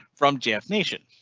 from jeff nation.